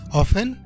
often